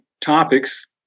topics